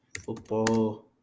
football